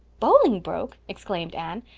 bolingbroke! exclaimed anne.